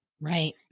Right